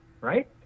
right